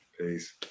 Peace